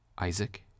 Isaac